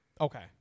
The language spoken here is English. Okay